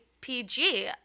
PG